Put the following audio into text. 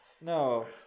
No